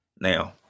Now